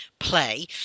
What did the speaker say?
play